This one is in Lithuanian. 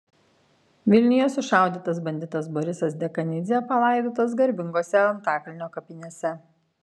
vilniuje sušaudytas banditas borisas dekanidzė palaidotas garbingose antakalnio kapinėse